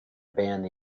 banned